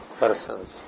persons